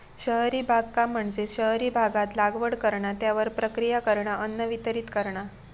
शहरी बागकाम म्हणजे शहरी भागात लागवड करणा, त्यावर प्रक्रिया करणा, अन्न वितरीत करणा